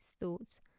thoughts